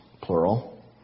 plural